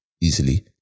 easily